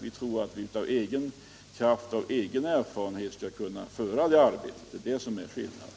Vi tror att vi av egen kraft och med egen erfarenhet skall kunna göra detta arbete. Det är det som är skillnaden.